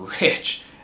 rich